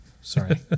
Sorry